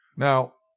now,